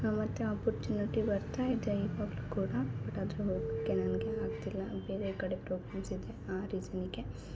ಆ ಮತ್ತು ಅಪರ್ಚ್ಯುನಿಟಿ ಬರ್ತಾ ಇದೆ ಇವಾಗಲು ಕೂಡ ಬಟ್ ಆದರು ಹೋಗಕ್ಕೆ ನನಗೆ ಆಗ್ತಿಲ್ಲ ಬೇರೆ ಕಡೆ ಪ್ರೋಗ್ರಾಮ್ಸ್ ಇದೆ ಆ ರೀಸನಿಗೆ